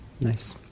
nice